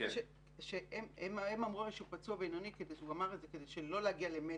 הם אמרו פצוע בינוני כדי לא להגיע למצ"ח.